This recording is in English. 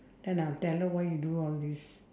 then I will tell her why you do all these